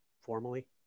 formally